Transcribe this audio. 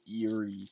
eerie